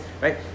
right